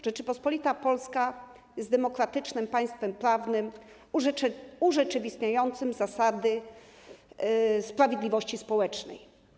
Rzeczpospolita Polska jest demokratycznym państwem prawnym urzeczywistniającym zasady sprawiedliwości społecznej.